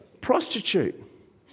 Prostitute